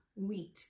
Wheat